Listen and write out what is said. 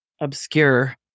obscure